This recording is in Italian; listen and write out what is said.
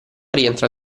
rientra